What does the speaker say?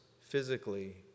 physically